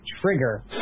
trigger